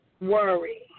worry